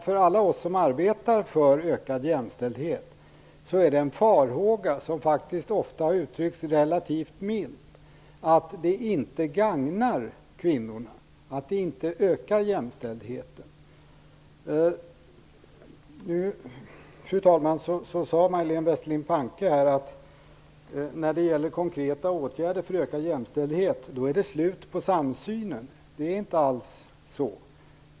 För alla oss som arbetar för ökad jämställdhet är det en farhåga som ofta har uttryckts relativt milt, att det inte gagnar kvinnorna och att det inte ökar jämställdheten. Fru talman! Nu sade Majléne Westerlund Panke att när det gäller konkreta åtgärder för ökad jämställdhet är det slut på samsynen. Det är inte alls så.